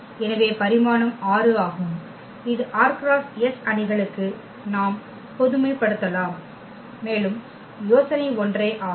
எனவே பரிமாணம் 6 ஆகும் இது r × s அணிகளுக்கு நாம் பொதுமைப்படுத்தலாம் மேலும் யோசனை ஒன்றே ஆகும்